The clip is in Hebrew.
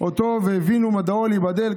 אותו והבינו מדעו להיבדל".